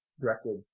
directed